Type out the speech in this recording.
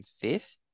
fifth